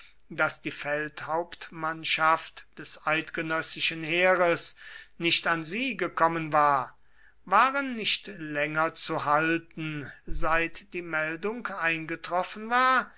daß die feldhauptmannschaft des eidgenössischen heeres nicht an sie gekommen war waren nicht länger zu halten seit die meldung eingetroffen war